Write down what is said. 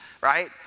right